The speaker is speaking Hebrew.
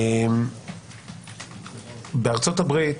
בארצות הברית